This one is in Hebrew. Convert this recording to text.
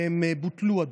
והדוחות בוטלו.